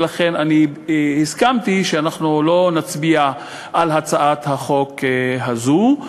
ולכן אני הסכמתי שאנחנו לא נצביע על הצעת החוק הזאת,